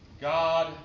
God